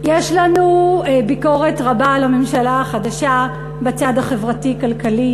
יש לנו ביקורת רבה על הממשלה החדשה בצד החברתי-כלכלי,